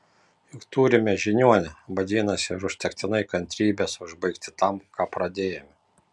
juk turime žiniuonę vadinasi ir užtektinai kantrybės užbaigti tam ką pradėjome